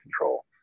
control